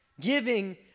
Giving